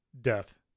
death